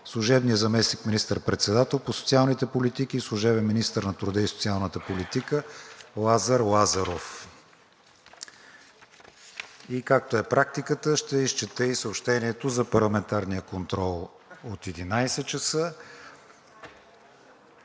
служебният заместник министър-председател по социалните политики и служебен министър на труда и социалната политика Лазар Лазаров. Както е практика, ще изчета и съобщението за парламентарния контрол от 11,00